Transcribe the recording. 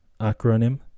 acronym